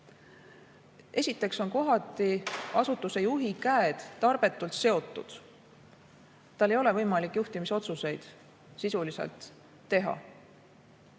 Esiteks on kohati asutuse juhi käed tarbetult seotud. Tal ei ole võimalik juhtimisotsuseid sisuliselt teha.